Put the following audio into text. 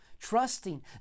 trusting